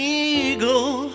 eagle